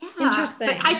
Interesting